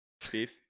Steve